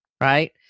right